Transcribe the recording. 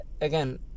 again